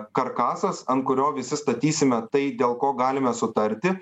karkasas ant kurio visi statysime tai dėl ko galime sutarti